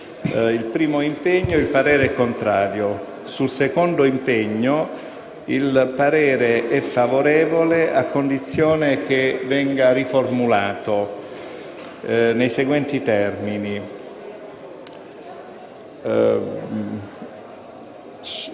sul primo impegno il parere è contrario. Sul secondo impegno il parere è favorevole a condizione che venga riformulato con le seguenti parole: